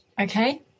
Okay